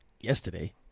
yesterday